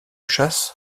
chasse